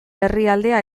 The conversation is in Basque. herrialdea